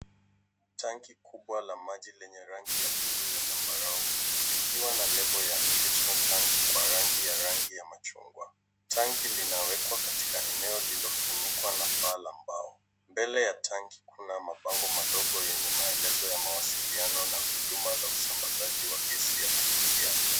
Tanki kubwa la maji lenye rangi ya bluu ya zambarau, likiwa na lebo ya (cs)TECHNO TANK(cs),kwa rangi ya rangi ya machungwa. Tanki linawekwa katika eneo lililofunikwa na paa la mbao. Mbele ya tanki kuna mabango madogo yenye maelekezo ya mawasiliano na huduma za usambazaji wa gesi ya kupikia.